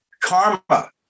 karma